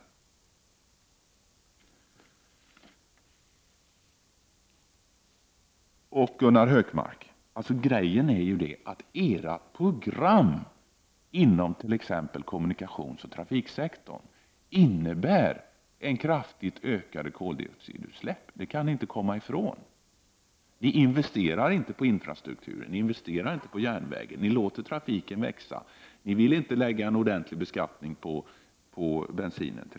Moderaternas program inom t.ex. kommunikationsoch trafiksektorn innebär kraftigt ökade koldioxidutsläpp — det kan ni inte komma ifrån, Gunnar Hökmark. Ni investerar inte i infrastrukturen och inte i järnvägen. Ni låter trafiken växa, och ni vill inte lägga en ordentlig beskattning på bensin.